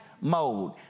mode